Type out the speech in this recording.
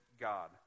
God